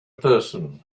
person